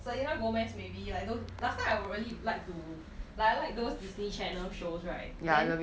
Selena Gomez maybe like those last time I will really like to like I like those Disney channel shows right then